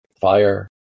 fire